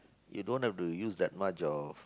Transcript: you don't have to use that much of